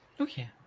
Okay